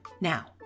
Now